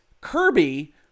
Kirby